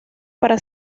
para